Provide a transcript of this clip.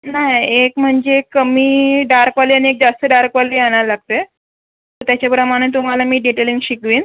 नाही एक म्हणजे कमी डार्कवाली आणि एक जास्त डार्कवाली आणायला लागते तर त्याच्याप्रमाणे तो तुम्हाला मी डिटेलिंग शिकवीन